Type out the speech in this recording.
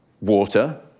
water